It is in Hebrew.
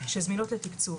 שזמינות לתקצוב,